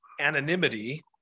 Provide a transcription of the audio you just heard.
anonymity